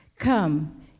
Come